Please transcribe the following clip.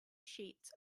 sheets